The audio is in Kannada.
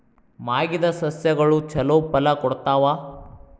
ಮಾಗಿದ್ ಸಸ್ಯಗಳು ಛಲೋ ಫಲ ಕೊಡ್ತಾವಾ?